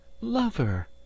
lover